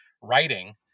writing